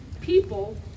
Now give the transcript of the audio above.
people